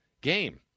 game